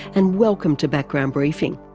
and welcome to background briefing.